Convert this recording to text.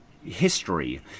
History